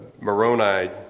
Moroni